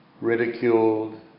ridiculed